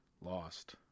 lost